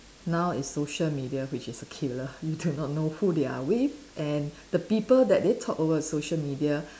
now it's social media which is a killer you do not know who they are with and the people that they talk over social media